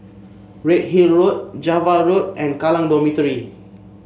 Redhill Road Java Road and Kallang Dormitory